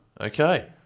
Okay